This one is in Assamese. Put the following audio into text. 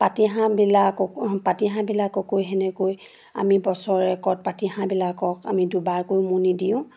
পাতিহাঁহবিলাক পাতিহাঁহবিলাককো সেনেকৈ আমি বছৰেকত পাতিহাঁহবিলাকক আমি দুবাৰকৈ উমনি দিওঁ